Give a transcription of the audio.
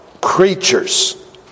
creatures